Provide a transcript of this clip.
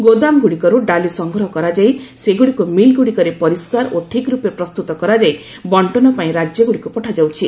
ଗୋଦାମଗୁଡ଼ିକରୁ ଡାଳି ସଂଗ୍ରହ କରାଯାଇ ସେଗୁଡ଼ିକୁ ମିଲ୍ଗୁଡ଼ିକରେ ପରିଷ୍କାର ଓ ଠିକ୍ ରୂପେ ପ୍ରସ୍ତୁତ କରାଯାଇ ବଣ୍ଟନ ପାଇଁ ରାଜ୍ୟଗୁଡ଼ିକୁ ପଠାଯାଉଛି